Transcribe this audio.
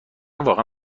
واقعا